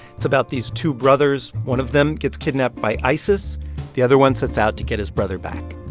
it's about these two brothers. one of them gets kidnapped by isis the other one sets out to get his brother back.